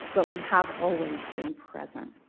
but we have always been present.